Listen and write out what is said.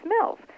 smells